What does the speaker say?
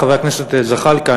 חבר הכנסת זחאלקה,